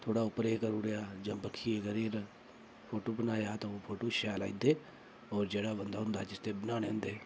जां थोह्ड़ा उप्परै ई करी ओड़ेआ बक्खियै कदे'र फोटू बनाया तां ओह् फोटू शैल आई जंदे और जेह्ड़ा बंदा होंदा जिसदे बनाने होंदे